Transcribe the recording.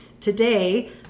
Today